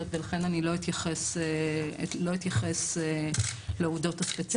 ולכן אני לא אתייחס לעובדות הספציפיות.